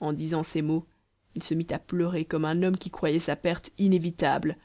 en disant ces paroles il se mit à pleurer comme un homme qui croyait sa perte inévitable